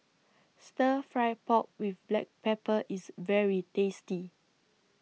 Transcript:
Stir Fried Pork with Black Pepper IS very tasty